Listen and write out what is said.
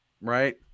Right